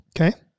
Okay